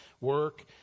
work